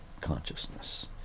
consciousness